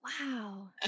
Wow